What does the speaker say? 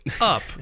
up